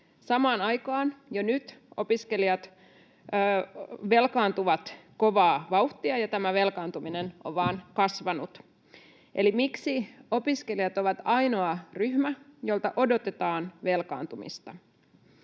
Samaan aikaan opiskelijat velkaantuvat jo nyt kovaa vauhtia, ja tämä velkaantuminen on vain kasvanut. Eli miksi opiskelijat ovat ainoa ryhmä, jolta odotetaan velkaantumista?